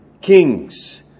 kings